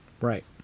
Right